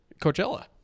Coachella